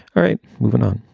all right, moving on.